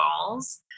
balls